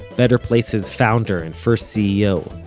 better place's founder and first ceo.